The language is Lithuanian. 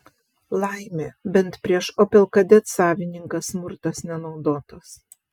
laimė bent prieš opel kadet savininką smurtas nenaudotas